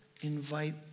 invite